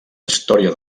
història